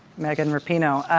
megan rapinoe,